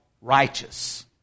righteous